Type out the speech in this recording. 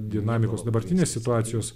dinamikos dabartinės situacijos